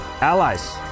Allies